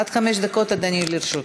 עד חמש דקות, אדוני, לרשותך.